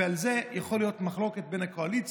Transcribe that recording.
ועל זה יכולה להיות מחלוקת בין הקואליציה